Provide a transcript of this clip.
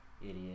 Idiot